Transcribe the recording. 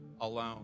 alone